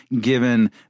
given